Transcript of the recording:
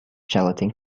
gelatin